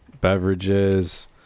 beverages